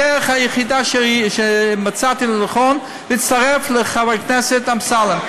הדרך היחידה שמצאתי לנכון היא להצטרף לחבר הכנסת אמסלם.